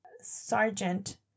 sergeant